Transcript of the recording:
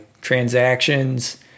transactions